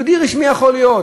יהודי רשמי הוא יכול להיות,